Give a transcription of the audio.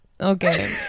okay